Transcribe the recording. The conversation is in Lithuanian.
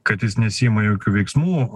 kad jis nesiima jokių veiksmų